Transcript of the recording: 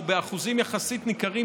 או באחוזים יחסית ניכרים,